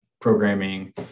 programming